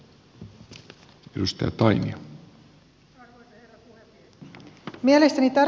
arvoisa herra puhemies